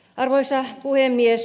arvoisa puhemies